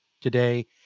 today